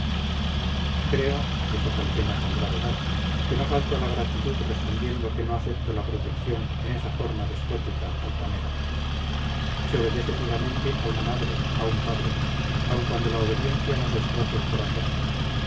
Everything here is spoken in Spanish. creo dijo calpena con gravedad que no falto a la gratitud respondiendo que no acepto la protección en esa forma despótica altanera se obedece ciegamente a una madre a un padre aun cuando la obediencia nos destroce el corazón